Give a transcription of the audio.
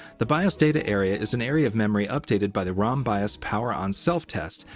the bios data area is an area of memory updated by the rom bios power-on self-test,